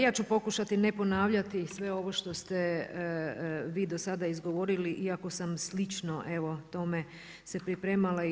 Ja ću pokušati ne ponavljati sve ovo što ste vi do sada izgovorili iako sam slično tome se pripremala i ja.